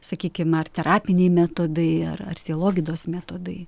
sakykim ar terapiniai metodai ar ar sielogydos metodai